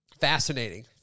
Fascinating